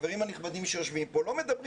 החברים הנכבדים שיושבים פה לא מדבר